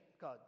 God